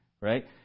right